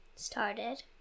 Started